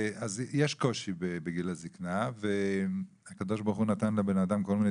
יש קושי בגיל הזקנה והקדוש ברוך הוא נתן לבנאדם כל מיני